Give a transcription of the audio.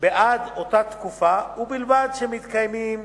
בעד אותה תקופה, ובלבד שמתקיימים